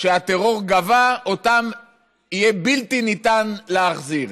שהטרור גבה, אותם יהיה בלתי ניתן להחזיר,